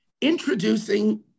introducing